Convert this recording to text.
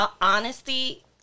Honesty